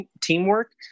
teamwork